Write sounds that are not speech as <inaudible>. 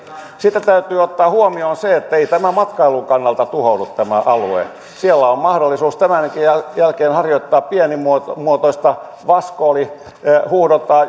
sitten täytyy ottaa huomioon se että ei tämä alue matkailun kannalta tuhoudu siellä on mahdollisuus tämänkin jälkeen harjoittaa pienimuotoista vaskoolihuuhdontaa <unintelligible>